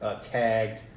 tagged